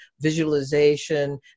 visualization